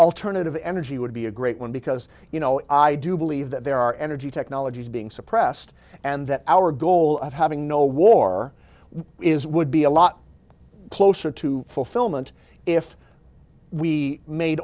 alternative energy would be a great one because you know i do believe that there are energy technologies being suppressed and that our goal of having no war is would be a lot closer to fulfillment if we made